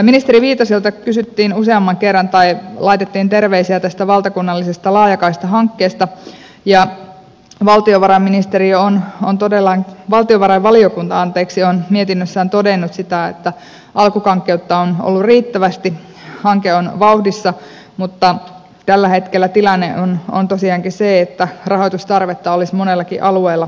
ministeri viitaselta kysyttiin useamman kerran tai hänelle laitettiin terveisiä tästä valtakunnallisesta laajakaista hankkeesta ja valtiovarainministeriö on on todella valtiovarainvaliokunnan valtiovarainvaliokunta on mietinnössään todennut että alkukankeutta on ollut riittävästi hanke on vauhdissa mutta tällä hetkellä tilanne on tosiaankin se että rahoitustarvetta olisi monellakin alueella reippaasti